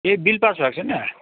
ए bill पास भएको छैन